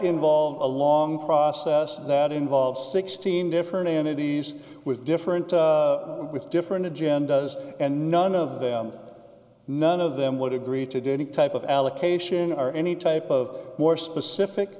involved a long process that involves sixteen different entities with different with different agendas and none of them none of them would agree to do any type of allocation are any type of more specific